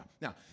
Now